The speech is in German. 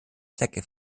zwecke